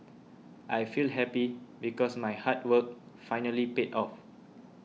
I feel happy because my hard work finally paid off